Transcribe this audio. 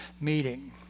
meeting